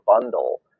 bundle